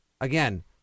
again